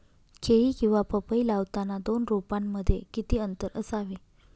केळी किंवा पपई लावताना दोन रोपांमध्ये किती अंतर असावे?